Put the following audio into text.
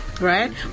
right